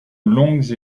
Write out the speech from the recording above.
longues